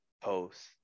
post